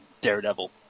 daredevil